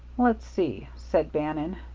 let's see, said bannon,